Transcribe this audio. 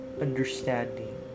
understanding